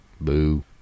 Boo